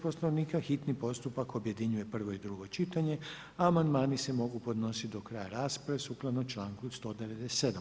Poslovnika hitni postupak objedinjuje prvo i drugo čitanje, a amandmani se mogu podnositi do kraja rasprave sukladno članku 197.